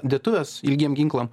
dėtuves ilgiem ginklam